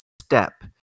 step